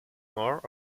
more